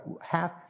half